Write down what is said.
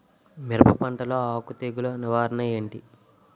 మిరప పంటలో ఆకు తెగులు నివారణ ఏంటి?